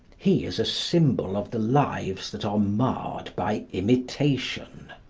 he is a symbol of the lives that are marred by imitation.